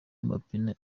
amapine